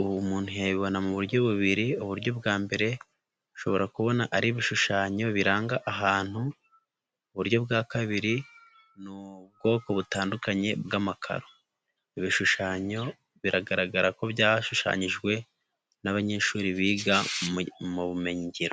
ubuntu yabibona mu buryo bubiri: uburyo bwa mbere ashobora kubona ari ibishushanyo biranga ahantu, uburyo bwa kabiri ni ubwoko butandukanye bw'amakaro; ibi bishushanyo biragaragara ko byashushanyijwe n'abanyeshuri biga mu bumenyingiro.